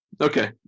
Okay